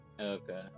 Okay